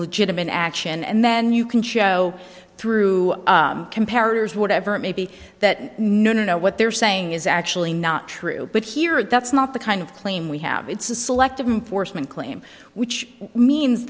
illegitimate action and then you can show through comparatives whatever it may be that no know what they're saying is actually not true but here that's not the kind of claim we have it's a selective enforcement claim which means